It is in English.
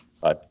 Bye